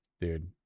Dude